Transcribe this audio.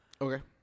Okay